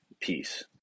peace